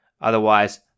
Otherwise